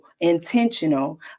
intentional